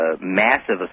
massive